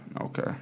Okay